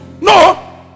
no